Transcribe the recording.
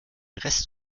rest